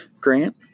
Grant